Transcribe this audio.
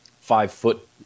five-foot